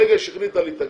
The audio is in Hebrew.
ברגע שהחליטה להתאגד,